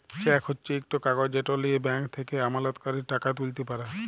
cheque হছে ইকট কাগজ যেট লিঁয়ে ব্যাংক থ্যাকে আমলাতকারী টাকা তুইলতে পারে